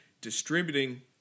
distributing